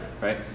right